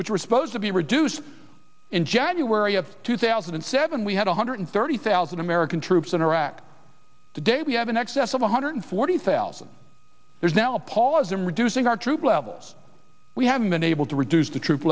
which were spose to be reduced in january of two thousand and seven we had one hundred thirty thousand american troops in iraq today we have in excess of one hundred forty thousand there's now a pause in reducing our troop levels we haven't been able to reduce the troop